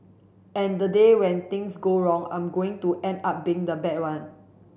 and the day when things go wrong I'm going to end up being the bad one